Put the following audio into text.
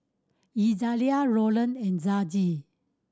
Izaiah Rolland and Dezzie